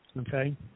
okay